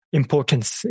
importance